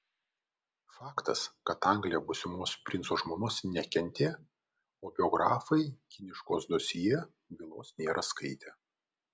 faktas kad anglija būsimos princo žmonos nekentė o biografai kiniškos dosjė bylos nėra skaitę